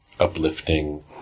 uplifting